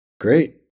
Great